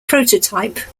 prototype